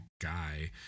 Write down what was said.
guy